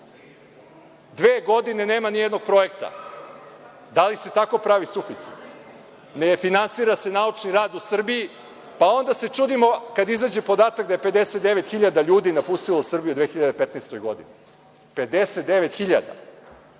Dve godine nema ni jednog projekta, da li se tako pravi suficit? Ne refinansira se naučni rad u Srbiji, pa se onda čudimo kada izađe podatak da je 59.000 ljudi napustilo Srbiju u 2015. godini, 59.000.